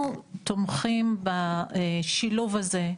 אנחנו תומכים בשילוב הזה,